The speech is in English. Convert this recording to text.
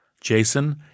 Jason